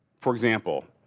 for example,